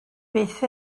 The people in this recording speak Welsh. byth